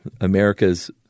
America's